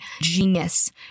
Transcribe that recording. genius